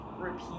repeat